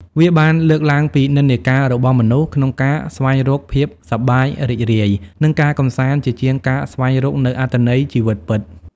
វាបានលើកឡើងពីនិន្នាការរបស់មនុស្សក្នុងការស្វែងរកភាពសប្បាយរីករាយ និងការកម្សាន្តជាជាងការស្វែងយល់នូវអត្ថន័យជីវិតពិត។